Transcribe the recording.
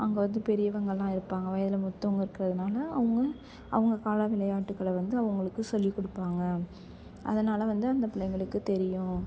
அங்கே வந்து பெரியவங்கள்லாம் இருப்பாங்க வயதில் மூத்தவங்க இருக்கிறதுனால அவங்க அவங்க கால விளையாட்டுக்களை வந்து அவங்களுக்கு சொல்லிக்குடுப்பாங்க அதனால் வந்து அந்த பிள்ளைங்களுக்கு தெரியும்